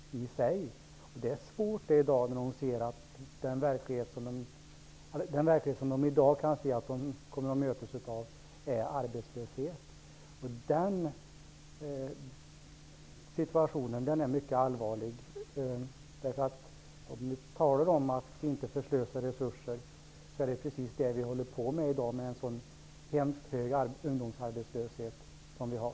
Det är svårt i dag med tanke på den verklighet med arbetslöshet som de kommer att mötas av. Den situationen är mycket allvarlig. Vi talar om att inte förslösa resurser, men det är precis det vi gör i dag med den mycket höga ungdomsarbetslöshet vi har.